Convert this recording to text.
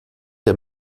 der